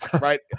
Right